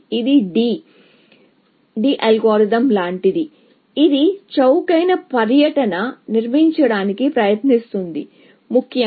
ఇది DD algorithm లాంటిది ఇది చౌకైన పర్యటనను నిర్మించడానికి ప్రయత్నిస్తుంది ముఖ్యంగా